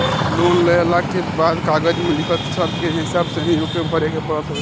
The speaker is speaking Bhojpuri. लोन लेहला के बाद कागज में लिखल शर्त के हिसाब से ही ओके भरे के पड़त हवे